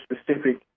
specific